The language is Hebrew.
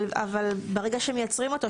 אבל ברגע שמייצרים אותו,